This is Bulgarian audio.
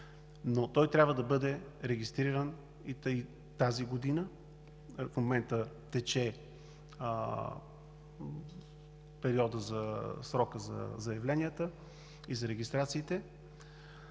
Той трябва да бъде регистриран тази година – в момента тече срокът за заявленията и за регистрациите.